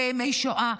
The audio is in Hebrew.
בימי שואה,